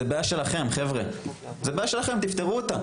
זאת בעיה שלכם, תפתרו אותה.